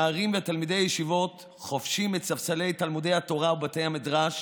נערים ותלמידי ישיבות חובשים את ספסלי תלמודי התורה ובתי המדרש